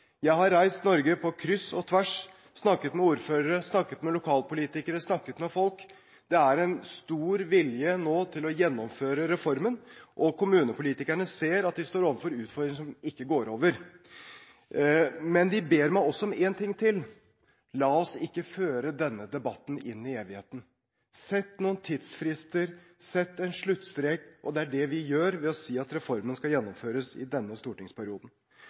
Jeg har reist Norge på kryss og tvers og snakket med ordførere, snakket med lokalpolitikere, snakket med folk. Det er nå en stor vilje til å gjennomføre reformen, og kommunepolitikerne ser at de står overfor utfordringer som ikke går over. Men de ber meg også om en ting til: La oss ikke føre denne debatten inn i evigheten, sett noen tidsfrister, sett en sluttstrek. Og det er det vi gjør ved å si at reformen skal gjennomføres i denne stortingsperioden.